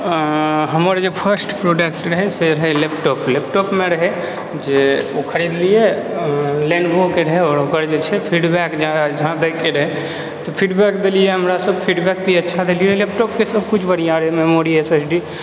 हमर जे first product रहै से रहै लैपटॉप लैपटॉपमे रहै जे ओ खरीदलियै लेनेवो के रहै आओर ओकर जे छै फीडबैक जहाँ दै के रहै तऽ फीडबैक देलियै हमरासब फीडबैक भी अच्छा देलियै लैपटॉपके सबकुछ बढ़िआँ रहै मेमोरी एस एस डी